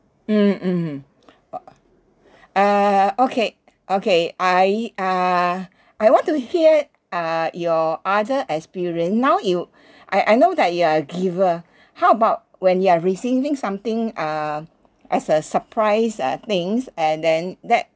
mm mm got uh uh okay okay I err uh I want to hear uh your other experience now you I I know that you are a giver how about when you are receiving something uh as a surprise uh things and then that